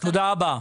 תודה רבה.